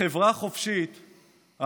בחברה חופשית,